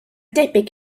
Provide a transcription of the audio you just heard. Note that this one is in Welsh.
debyg